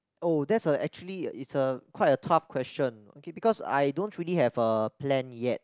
oh that's a actually is a quite a tough question okay because I don't truly have a plan yet